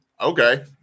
okay